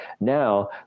Now